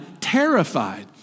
terrified